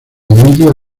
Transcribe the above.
emilia